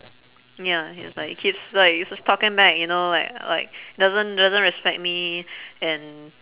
ya it's like keeps like it's just talking back you know like like doesn't doesn't respect me and